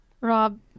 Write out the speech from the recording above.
Rob